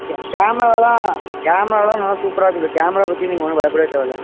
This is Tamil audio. கே கேமரா எல்லாம் கேமரா எல்லாம் நல்லா சூப்பராக இருக்குது கேமரா பற்றி நீங்கள் ஒன்றும் பயப்படவே தேவை இல்லை